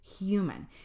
human